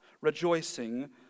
rejoicing